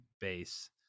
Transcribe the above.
base